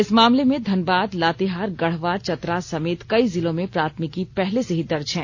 इस मामले में धनबाद लातेहार गढ़वा चतरा समेत कई जिलों में प्राथमिकी पहले से ही दर्ज हैं